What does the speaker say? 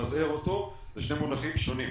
אלה שני מונחים שונים.